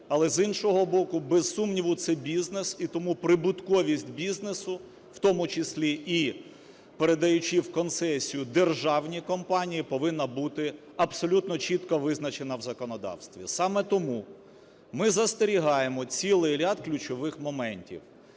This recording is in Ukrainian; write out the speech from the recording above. Але, з іншого боку, без сумніву, це бізнес, і тому прибутковість бізнесу, в тому числі і передаючи в концесію державні компанії, повинна бути абсолютно чітко визначена в законодавстві. Саме тому ми застерігаємо цілий ряд ключових моментів.